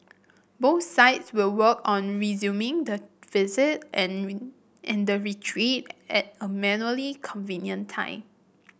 both sides will work on resuming the visit and and the retreat at a convenient time